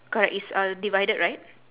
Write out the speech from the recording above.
correct it's uh divided right